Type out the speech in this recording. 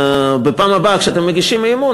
בפעם הבאה כשאתם מגישים אי-אמון,